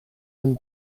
than